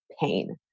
pain